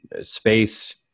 space